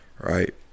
Right